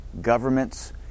governments